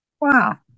Wow